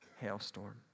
hailstorm